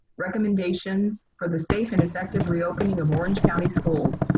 recommendations for the safe and effective reopening of orange county schools.